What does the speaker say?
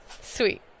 Sweet